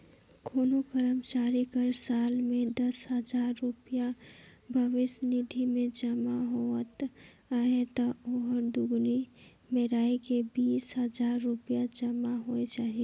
कोनो करमचारी कर साल में दस हजार रूपिया भविस निधि में जमा होवत अहे ता ओहर दुगुना मेराए के बीस हजार रूपिया जमा होए जाही